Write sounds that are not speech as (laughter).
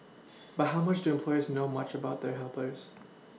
(noise) but how much do employers know much about their helpers